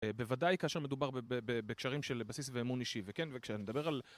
בוודאי כאשר מדובר בקשרים של בסיס ואמון אישי, וכן, וכשאני אדבר על...